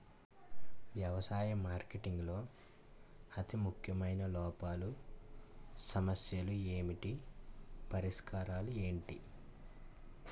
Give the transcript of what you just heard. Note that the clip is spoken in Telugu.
వ్యవసాయ మార్కెటింగ్ లో అతి ముఖ్యమైన లోపాలు సమస్యలు ఏమిటి పరిష్కారాలు ఏంటి?